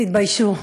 תתביישו.